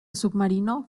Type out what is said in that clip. submarino